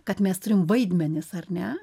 kad mes turim vaidmenis ar ne